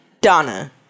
Donna